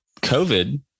COVID